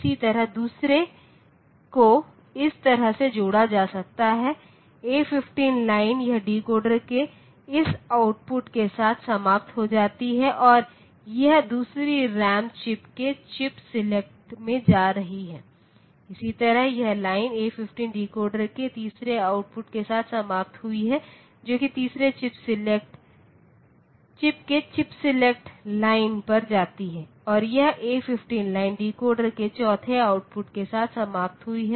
इसी तरह दूसरे को इस तरह से जोड़ा जा सकता है ए 15 लाइन यह डिकोडर के इस आउटपुट के साथ समाप्त हो जाती है और यह दूसरी रैम चिप के चिप सेलेक्ट में जा रही है इसी तरह यह लाइन A15 डिकोडर के तीसरे आउटपुट के साथ समाप्त हुई है जो कि तीसरी चिप के चिप सेलेक्ट लाइन पर जाती है और यह A15 लाइन डिकोडर के चौथे आउटपुट के साथ समाप्त हुई है